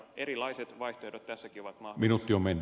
erilaiset vaihtoehdot tässäkin ovat mahdollisia